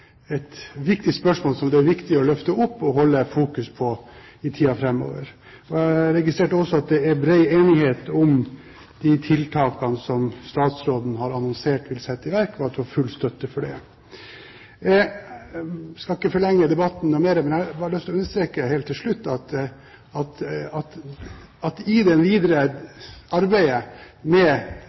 et viktig spørsmål som det er viktig å løfte opp og holde fokus på i tiden framover. Jeg registrerte også at det er bred enighet om de tiltakene som statsråden har annonsert at hun vil sette i verk, og at hun har full støtte for det. Jeg skal ikke forlenge debatten noe mer, men jeg har bare lyst til å understreke helt til slutt at i det videre arbeidet med